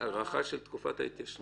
הארכה של תקופת ההתיישנות.